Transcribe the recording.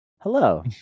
Hello